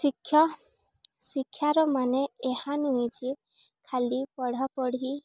ଶିକ୍ଷ ଶିକ୍ଷାର ମାନେ ଏହା ନୁହେଁ ଯେ ଖାଲି ପଢ଼ାପଢ଼ି